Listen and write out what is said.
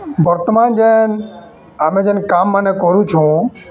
ବର୍ତ୍ତମାନ୍ ଯେନ୍ ଆମେ ଯେନ୍ କାମ୍ମାନେ କରୁଛୁଁ